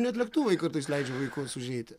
net lėktuvai kartais leidžia vaikus užeiti